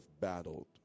battled